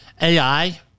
AI